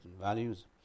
values